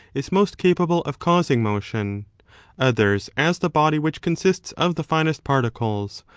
is most capable of causing motion others as the body which consists of the finest particles,